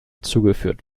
zugeführt